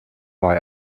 war